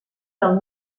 del